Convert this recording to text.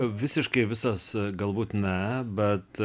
visiškai visos galbūt ne bet